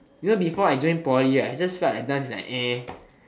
you know before I join poly right I just felt that dance was like